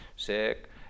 sick